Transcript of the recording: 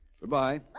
Goodbye